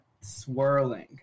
swirling